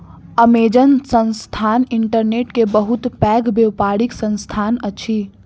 Amazon संस्थान internet के बहुत पैघ व्यापारिक संस्थान अछि